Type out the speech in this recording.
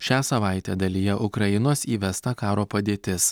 šią savaitę dalyje ukrainos įvesta karo padėtis